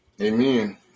Amen